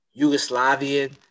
Yugoslavian